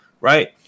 right